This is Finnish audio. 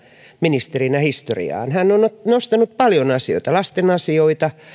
ministerinä hän on nostanut esille paljon asioita lasten asioita